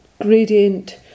gradient